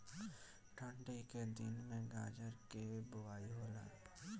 ठन्डी के दिन में गाजर के बोआई होला